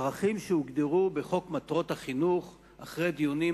ערכים שהוגדרו בחוק מטרות החינוך אחרי דיונים